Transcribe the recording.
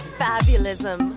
fabulism